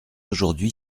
aujourd’hui